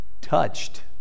touched